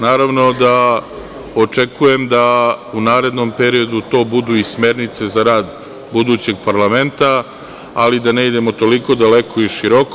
Naravno da očekujem da u narednom periodu to budu i smernice za rad budućeg parlamenta, ali da ne idemo toliko daleko i široko.